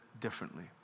differently